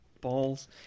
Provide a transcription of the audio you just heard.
balls